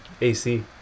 AC